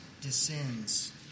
descends